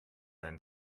ein